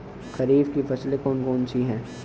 खरीफ की फसलें कौन कौन सी हैं?